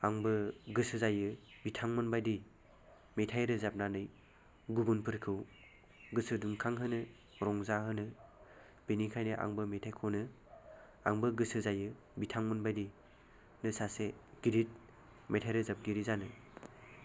आंबो गोसो जायो बिथांमोनबायदि मेथाइ रोजाबनानै गुबुनफोरखौ गोसो दुंखांहोनो रंजाहोनो बेनिखायनो आंबो मेथाइ खनो आंबो गोसो जायो बिथांमोनबायदि सासे गिदिर मेथाइ रोजाबगिरि जानो